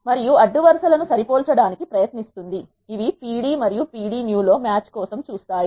మరియు అడ్డు వరుస లను సరిపోల్చడానికి ప్రయత్నిస్తుంది ఇవి p d మరియు p d new లో మ్యాచ్ కోసం చూస్తాయి